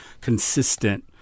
consistent